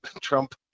Trump